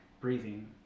breathing